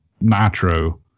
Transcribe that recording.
Nitro